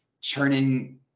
churning